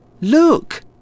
Look